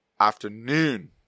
afternoon